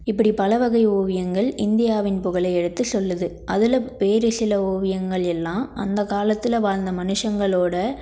இப்படி பலவகை ஓவியங்கள் இந்தியாவின் புகழை எடுத்து சொல்லுது அதில் வேறு சில ஓவியங்கள் எல்லாம் அந்த காலத்தில் வாழ்ந்த மனுஷங்களோடய